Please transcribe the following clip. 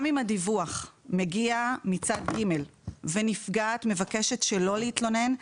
גם אם הדיווח מגיע מצד ג' ונפגעת מבקשת שלא להתלונן,